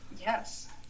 Yes